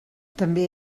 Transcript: també